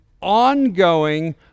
ongoing